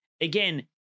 again